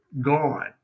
gone